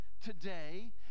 today